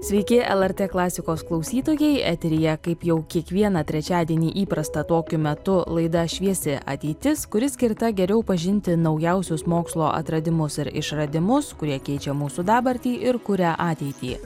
sveiki lrt klasikos klausytojai eteryje kaip jau kiekvieną trečiadienį įprasta tokiu metu laida šviesi ateitis kuri skirta geriau pažinti naujausius mokslo atradimus ir išradimus kurie keičia mūsų dabartį ir kuria ateitį